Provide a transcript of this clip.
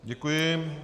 Děkuji.